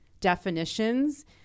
definitions